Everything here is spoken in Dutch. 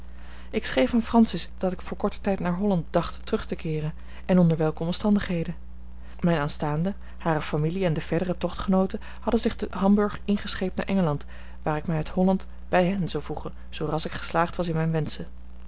ik schreef aan francis dat ik voor korten tijd naar holland dacht terug te keeren en onder welke omstandigheden mijn aanstaande hare familie en de verdere tochtgenooten hadden zich te hamburg ingescheept naar engeland waar ik mij uit holland bij hen zou voegen zoo ras ik geslaagd was in mijne wenschen